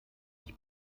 ich